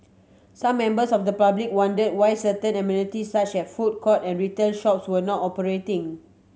some members of the public wondered why certain amenities such as food court and retail shops were not operating